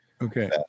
Okay